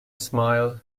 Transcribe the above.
smiled